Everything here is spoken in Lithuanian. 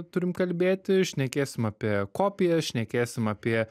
turim kalbėti šnekėsim apie kopijas šnekėsim apie